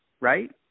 right